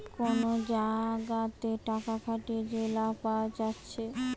কুনো জাগাতে টাকা খাটিয়ে যে লাভ পায়া যাচ্ছে